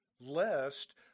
lest